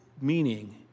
meaning